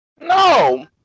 No